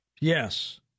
yes